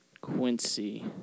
Quincy